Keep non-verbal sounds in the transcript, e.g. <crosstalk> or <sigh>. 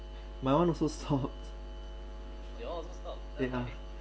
my [one] also stopped <laughs> yeah